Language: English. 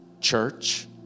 church